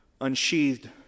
unsheathed